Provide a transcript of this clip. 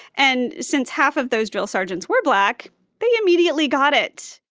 and since half of those drill sergeants were black they immediately got it.